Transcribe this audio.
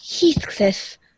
Heathcliff